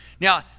Now